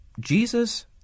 Jesus